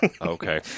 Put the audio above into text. Okay